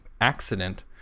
accident